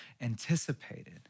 anticipated